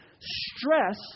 stress